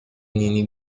نینی